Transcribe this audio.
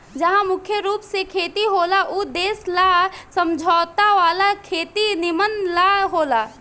जहा मुख्य रूप से खेती होला ऊ देश ला समझौता वाला खेती निमन न होला